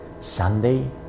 Sunday